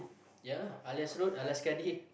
ya lah Alias Road Alias